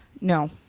No